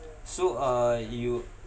so uh you